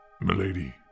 Milady